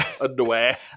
underwear